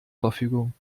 verfügung